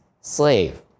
slave